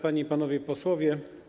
Panie i Panowie Posłowie!